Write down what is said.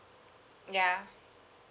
ya